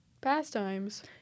pastimes